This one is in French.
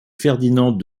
ferdinand